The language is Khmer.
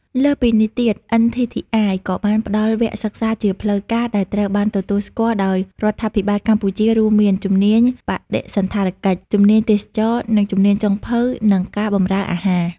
លើសពីនេះទៀត NTTI ក៏បានផ្តល់វគ្គសិក្សាជាផ្លូវការដែលត្រូវបានទទួលស្គាល់ដោយរដ្ឋាភិបាលកម្ពុជា រួមមាន ជំនាញបដិសណ្ឋារកិច្ច ជំនាញទេសចរណ៍ និងជំនាញចុងភៅ និងការបម្រើអាហារ។